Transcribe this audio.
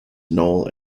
noel